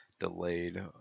Delayed